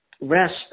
rest